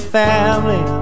family